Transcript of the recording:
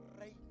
rey